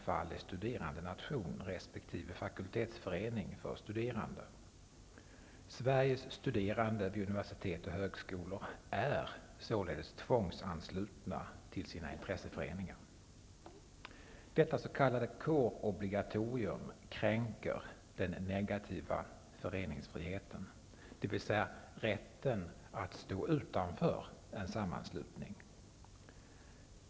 fakultetsförening för studerande. Sveriges studerande vid universitet och högskolor är således tvångsanslutna till sina intresseföreningar. Detta s.k. kårobligatorium kränker den negativa föreningsfriheten, dvs. rätten att stå utanför en sammanslutning.